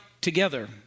together